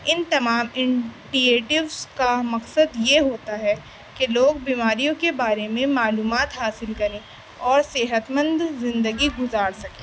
ان تمام انٹیئیٹیوز کا مقصد یہ ہوتا ہے کہ لوگ بیماریوں کے بارے میں معلومات حاصل کریں اور صحت مند زندگی گزار سکیں